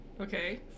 okay